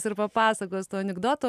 ir papasakos anekdotų